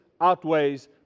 outweighs